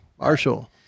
Marshall